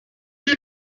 hurt